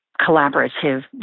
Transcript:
collaborative